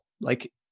like-